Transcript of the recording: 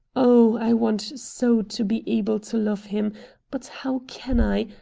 oh! i want so to be able to love him but how can i?